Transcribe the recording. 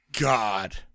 God